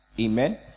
Amen